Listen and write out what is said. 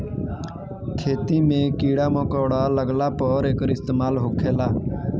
खेती मे कीड़ा मकौड़ा लगला पर एकर इस्तेमाल होखेला